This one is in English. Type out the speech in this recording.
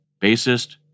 bassist